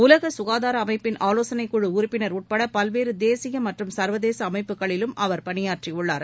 உலக சுகாதார அமைப்பின் ஆவோசனைக் குழு உறுப்பினர் உட்பட பல்வேறு தேசிய மற்றும் சர்வதேச அமைப்புகளிலும் அவர் பணியாற்றியுள்ளார்